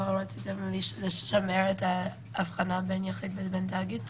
רציתם לשמר את ההבחנה בין יחיד לבין תאגיד?